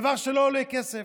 דבר שלא עולה כסף.